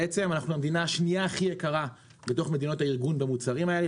בעצם אנחנו המדינה השנייה הכי יקרה בתוך מדינות הארגון במוצרים האלה,